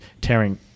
tearing